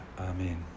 Amen